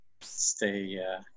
Stay